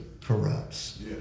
corrupts